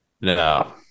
No